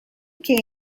can